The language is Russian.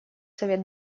совет